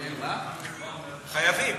חייבים.